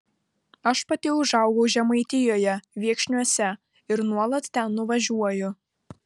aš pati užaugau žemaitijoje viekšniuose ir nuolat ten nuvažiuoju